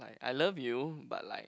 I love you but like